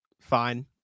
fine